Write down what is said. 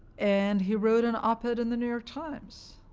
and he wrote an op-ed in the new york times,